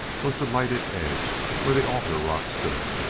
was the lighted edge where the altar rock stood.